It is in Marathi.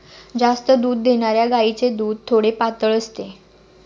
जास्त दूध देणाऱ्या गायीचे दूध थोडे पातळ असते